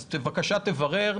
בבקשה, תברר.